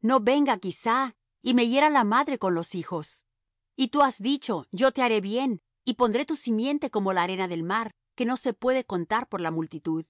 no venga quizá y me hiera la madre con los hijos y tú has dicho yo te haré bien y pondré tu simiente como la arena del mar que no se puede contar por la multitud